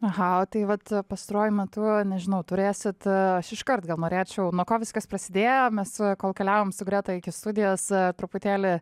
aha o tai vat pastaruoju metu nežinau turėsit aš iškart gal norėčiau nu ko viskas prasidėjo mes su kol keliavom su greta iki studijos truputėlį